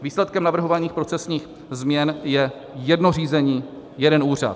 Výsledkem navrhovaných procesních změn je jedno řízení, jeden úřad.